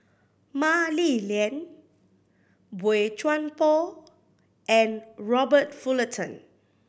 Mah Li Lian Boey Chuan Poh and Robert Fullerton